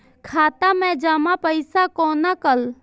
खाता मैं जमा पैसा कोना कल